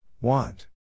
want